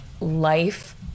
life